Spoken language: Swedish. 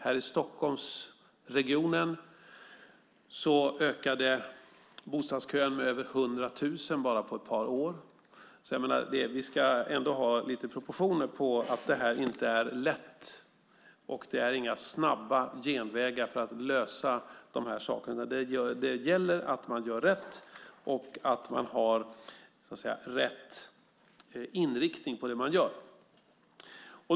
Här i Stockholmsregionen ökade bostadskön med över 100 000 bara på ett par år. Så vi ska ändå ha lite proportioner. Det här är inte lätt, och det finns inga snabba genvägar för att lösa de här sakerna. Det gäller att man gör rätt och att man har rätt inriktning på det man gör.